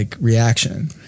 reaction